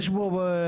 יש פה סוגיה,